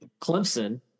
Clemson